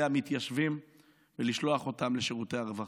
המתיישבים ולשלוח אותם לשירותי הרווחה.